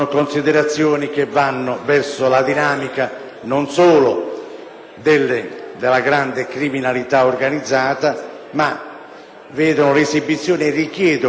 della grande criminalità organizzata, ma richiedono l'esibizione della pubblica amministrazione e di una politica più attenta